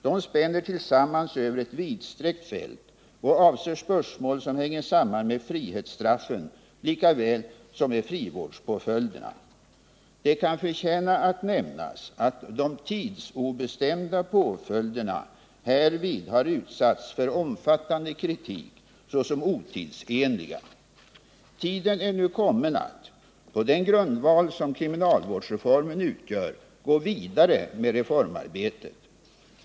De spänner tillsammans över ett vidsträckt fält och avser spörsmål som hänger samman med frihetsstråffen lika väl som med frivårdspåföljderna. Det kan förtjäna att nämnas att de tidsobestämda påföljderna härvid har utsatts för omfattande kritik såsom otidsenliga. Tiden är nu kommen att, på den grundval som kriminalvårdsreformen utgör, gå vidare med reformarbetet.